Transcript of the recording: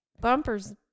bumper's